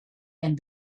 and